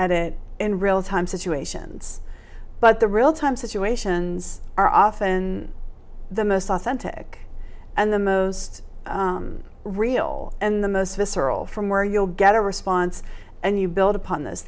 edit in real time situations but the real time situations are often the most authentic and the most real and the most visceral from where you'll get a response and you build upon those